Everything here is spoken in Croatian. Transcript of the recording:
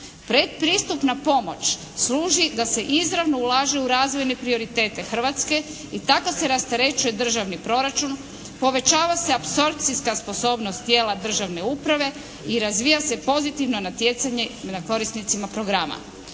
Predpristupna pomoć služi da se izravno ulaže u razvojne prioritete Hrvatske i tako se rasterećuje državni proračun, povećava se apsorpcijska sposobnost tijela državne uprave i razvija se pozitivno natjecanje nad korisnicima programa.